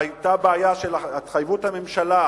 והיתה בעיה של התחייבות הממשלה,